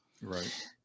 Right